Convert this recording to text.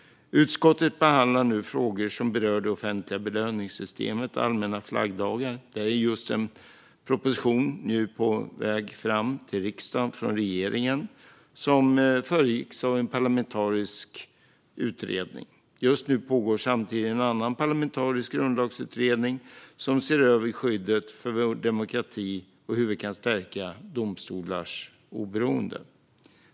Utskottet behandlar nu frågor som berör det offentliga belöningssystemet och allmänna flaggdagar. Gällande det är en proposition som har föregåtts av en parlamentarisk utredning på väg till riksdagen från regeringen. Samtidigt pågår en annan parlamentarisk grundlagsutredning som ser över skyddet för vår demokrati och hur vi kan stärka våra domstolars oberoende.